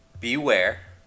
beware